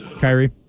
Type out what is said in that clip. Kyrie